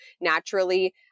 naturally